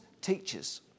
teachers